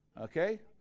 Okay